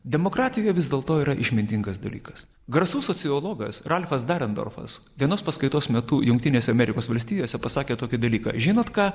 demokratija vis dėlto yra išmintingas dalykas garsus sociologas ralfas darendorfas vienos paskaitos metu jungtinėse amerikos valstijose pasakė tokį dalyką žinot ką